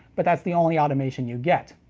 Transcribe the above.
but that's the only automation you get.